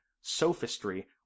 sophistry